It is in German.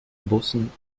bussen